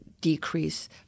decrease